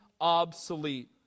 obsolete